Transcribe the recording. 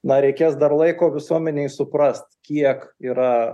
na reikės dar laiko visuomenei suprast kiek yra